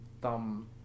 thumb